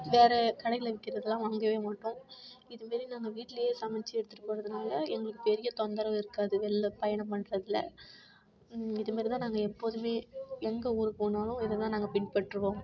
வேறு கடையில் விற்கிறதுலாம் வாங்கவே மாட்டோம் இது மாரி நாங்கள் வீட்டிலியே சமைச்சு எடுத்துகிட்டுப் போவதுனால எங்களுக்கு பெரிய தொந்தரவு இருக்காது வெளில பயணம் பண்றதில இது மாரி தான் நாங்கள் எப்போதும் எங்கள் ஊருக்கு போனாலும் இதுதான் நாங்கள் பின்பற்றுவோம்